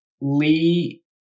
Lee